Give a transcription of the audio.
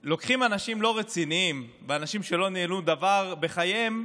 שאם לוקחים אנשים לא רציניים ואנשים שלא ניהלו דבר בחייהם,